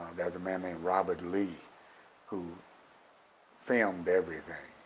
there's a man named robert lee who filmed everything,